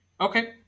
okay